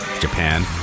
Japan